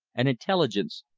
and intelligence,